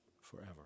forever